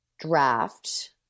draft